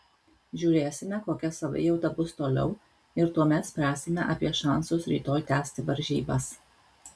žiūrėsime kokia savijauta bus toliau ir tuomet spręsime apie šansus rytoj tęsti varžybas